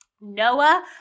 Noah